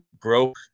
broke